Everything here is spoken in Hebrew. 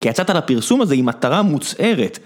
כי יצאת לפרסום הזה עם מטרה מוצהרת